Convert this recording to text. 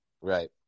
Right